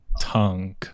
tongue